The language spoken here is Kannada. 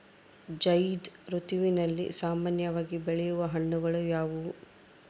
ಝೈಧ್ ಋತುವಿನಲ್ಲಿ ಸಾಮಾನ್ಯವಾಗಿ ಬೆಳೆಯುವ ಹಣ್ಣುಗಳು ಯಾವುವು?